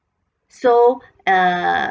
so err